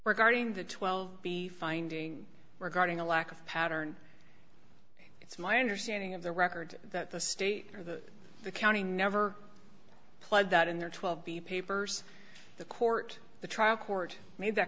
guarding the twelve b finding regarding a lack of pattern it's my understanding of the record that the state of the county never played that in their twelve b papers the court the trial court made that